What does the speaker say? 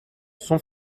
son